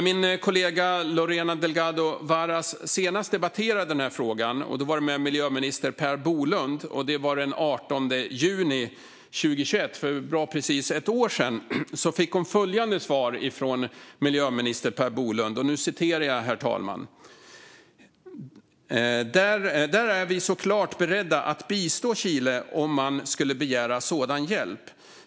Min kollega Lorena Delgado Varas debatterade senast den här frågan den 18 juni 2021, för bra precis ett år sedan, med miljöminister Per Bolund. Då fick hon följande svar från miljöministern: "Där är vi såklart beredda att bistå Chile om man skulle begära sådan hjälp.